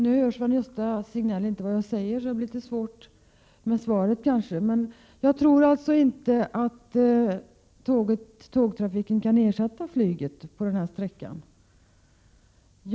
Nu hör Sven-Gösta Signell inte vad jag säger, och då blir det kanske litet svårt med svaret. Jag tror alltså inte att tågtrafiken kan ersätta flyget på den sträckan.